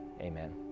amen